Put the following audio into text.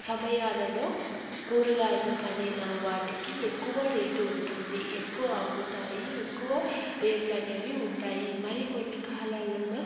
సమయాలలో కూరగాయలకు అనే వాటికి ఎక్కువ రేటు ఉంటుంది ఎక్కువ అమ్ముతాయి ఎక్కువ రేట్లు అనేవి ఉంటాయి మరి కొన్ని కాలాలలో